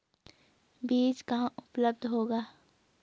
बीज कहाँ उपलब्ध होगा?